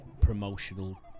promotional